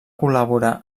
col·laborar